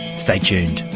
stay tuned.